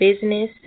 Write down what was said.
business